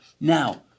Now